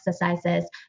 exercises